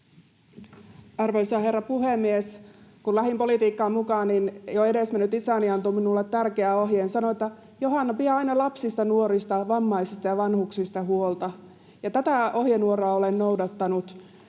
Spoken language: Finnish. Arvoisa herra puhemies! Kun lähdin politiikkaan mukaan, jo edesmennyt isäni antoi minulle tärkeän ohjeen. Hän sanoi, että Johanna, pidä aina lapsista, nuorista, vammaisista ja vanhuksista huolta, ja tätä ohjenuoraa olen noudattanut.